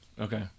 Okay